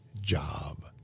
job